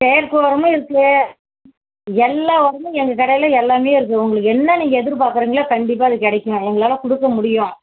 செயற்கை உரமும் இருக்கு எல்லா உரமும் எங்கள் கடையில் எல்லாமே இருக்கு உங்களுக்கு என்ன நீங்கள் எதிர்பார்க்குறிங்களோ கண்டிப்பாக அது கிடைக்கும் எங்களால் கொடுக்க முடியும்